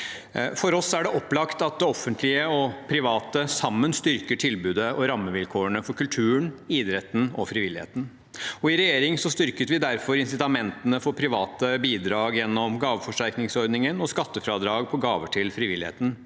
For oss er det opplagt at det offentlige og private sammen styrker tilbudet og rammevilkårene for kulturen, idretten og frivilligheten. I regjering styrket vi derfor insitamentene for private bidrag gjennom gaveforsterkningsordningen og skattefradrag på gaver til frivilligheten.